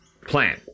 plan